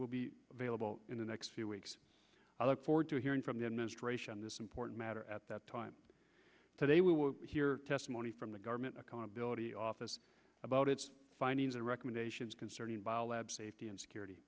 will be available in the next few weeks i look forward to hearing from the administration on this important matter at that time today we will hear testimony from the government accountability office about its findings and recommendations concerning biolab safety and security